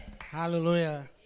Hallelujah